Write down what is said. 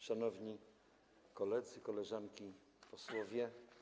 Szanowni Koledzy, Koleżanki Posłowie!